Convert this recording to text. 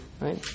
right